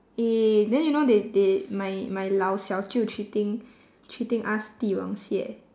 eh then you know they they my my 老小舅 treating treating us di wang xie